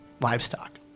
livestock